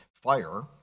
fire